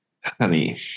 honey